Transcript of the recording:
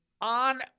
on